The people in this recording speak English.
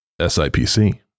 SIPC